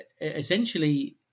essentially